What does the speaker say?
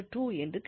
என்று கிடைக்கிறது